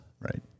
right